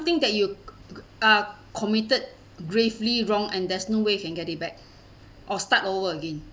~thing that you co~ are committed gravely wrong and there's no way you can get it back or start over again